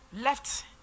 left